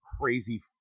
crazy